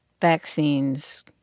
vaccines